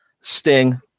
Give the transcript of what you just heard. Sting